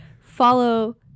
follow